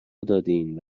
دادین